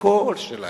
הכול שלהם,